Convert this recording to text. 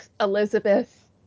Elizabeth